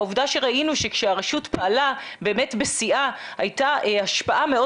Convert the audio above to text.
העובדה שראינו שכשהרשות פעלה באמת בשיאה הייתה השפעה מאוד